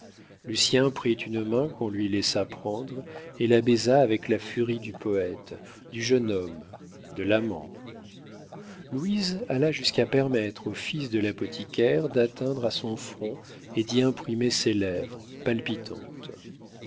maîtresse lucien prit une main qu'on lui laissa prendre et la baisa avec la furie du poète du jeune homme de l'amant louise alla jusqu'à permettre au fils de l'apothicaire d'atteindre à son front et d'y imprimer ses lèvres palpitantes